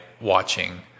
watching